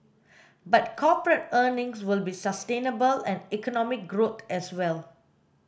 but corporate earnings will be sustainable and economic growth as well